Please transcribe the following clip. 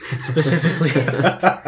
specifically